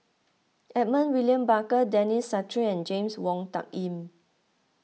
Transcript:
Edmund William Barker Denis Santry and James Wong Tuck Yim